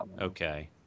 Okay